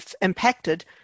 impacted